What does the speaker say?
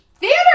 Theater